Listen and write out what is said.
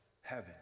heaven